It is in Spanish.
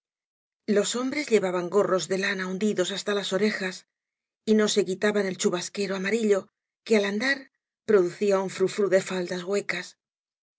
lob hombres llevaban gorros de lana hundidos hasta las orejas y no quitaban el chubasquero amarillo que al andar producía un fru fru de faldas huecas